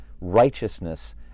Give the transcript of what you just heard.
righteousness